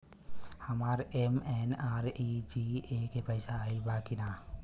हमार एम.एन.आर.ई.जी.ए के पैसा आइल बा कि ना?